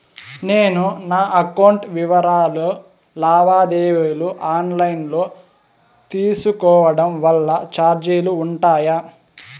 నేను నా అకౌంట్ వివరాలు లావాదేవీలు ఆన్ లైను లో తీసుకోవడం వల్ల చార్జీలు ఉంటాయా?